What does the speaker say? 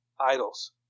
idols